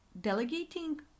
delegating